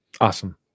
Awesome